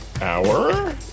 hour